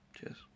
Cheers